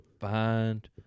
find